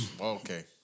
Okay